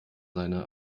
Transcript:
seine